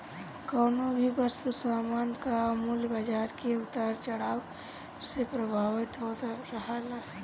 कवनो भी वस्तु सामान कअ मूल्य बाजार के उतार चढ़ाव से प्रभावित होत रहेला